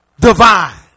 divine